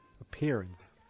appearance